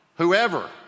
Whoever